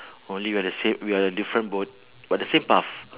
only we are the same we are a different boat but the same path